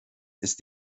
ist